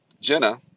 Jenna